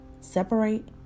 Separate